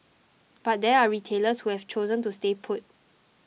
but there are retailers who have chosen to stay put